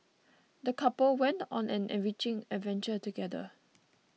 the couple went on an enriching adventure together